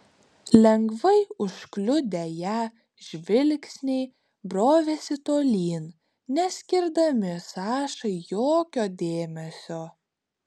lengvai užkliudę ją žvilgsniai brovėsi tolyn neskirdami sašai jokio dėmesio